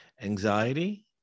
anxiety